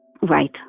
Right